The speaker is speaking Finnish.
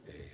ei h